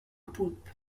poulpe